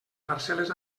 parcel·les